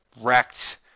wrecked